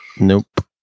Nope